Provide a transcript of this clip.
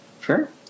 Sure